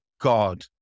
God